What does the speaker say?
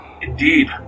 Indeed